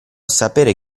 sapere